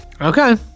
Okay